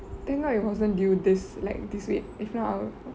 thank god it wasn't due this like this week if not I'll